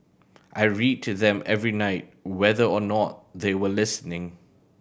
I read to them every night whether or not they were listening